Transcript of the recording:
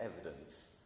evidence